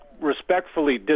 respectfully